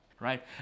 right